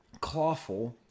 Clawful